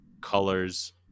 Colors